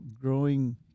growing